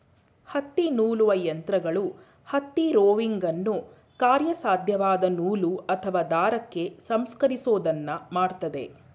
ಹತ್ತಿನೂಲುವ ಯಂತ್ರಗಳು ಹತ್ತಿ ರೋವಿಂಗನ್ನು ಕಾರ್ಯಸಾಧ್ಯವಾದ ನೂಲು ಅಥವಾ ದಾರಕ್ಕೆ ಸಂಸ್ಕರಿಸೋದನ್ನ ಮಾಡ್ತದೆ